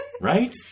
Right